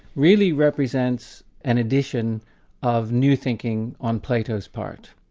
really represents an addition of new thinking on plato's part,